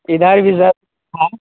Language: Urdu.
ادھر جدھر آئیں